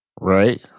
right